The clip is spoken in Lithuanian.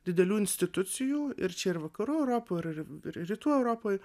didelių institucijų ir čia ir vakarų europoj ir rytų europoj